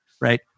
right